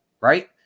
right